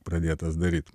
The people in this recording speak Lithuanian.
pradėtas daryt